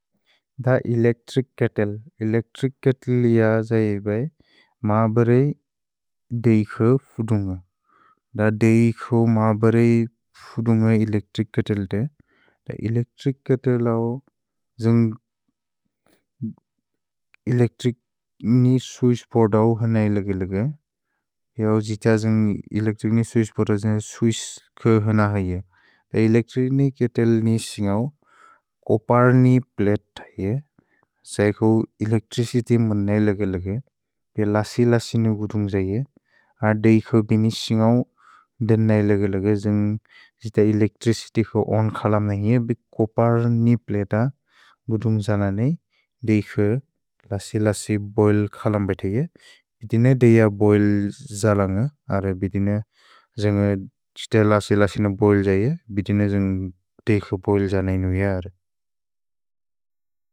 द electric kettle electric kettle इअ जै ए बै म ब्रए देइख फुदुन्ग। द देइख म ब्रए फुदुन्ग एलेच्त्रिच् केत्त्ले तए। द एलेच्त्रिच् केत्त्ले औ जन्ग् एलेच्त्रिच् नि स्विश् पोदौ हन इलगिलग। द एलेच्त्रिच् केत्त्ले नि सिन्गौ कोपर् नि प्लते इअ जै कौ एलेक्त्रिचित्य् म न इलगिलग। पे लसि लसि नि फुदुन्ग इअ। द देइख बेने सिन्गौ देन् न इलगिलग जन्ग् जित एलेच्त्रिचित्य् कौ ओन् खलम् न इअ। पे कोपर् नि प्लते औ फुदुन्ग जन नेइ देइख लसि लसि बोइल् खलम् बेथे इअ। भेते न देइख बोइल् जलन्ग अर्र बेते न जन्ग जित लसि लसिन बोइल् जय बेते न जन्ग् देइख बोइल् जन इनु इअ अर्र।